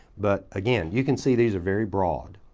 but again, you can see these are very broad.